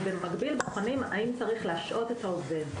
ובמקביל בוחנים אם צריך להשעות את העובד.